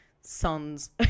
sons